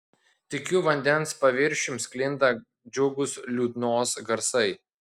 tykiu vandens paviršium sklinda džiugūs liutnios garsai